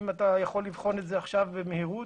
אם אתה יכול לבחון את זה עכשיו במהירות,